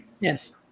Yes